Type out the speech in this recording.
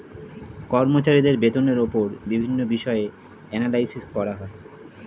কর্মচারীদের বেতনের উপর বিভিন্ন বিষয়ে অ্যানালাইসিস করা হয়